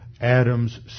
Adam's